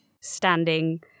standing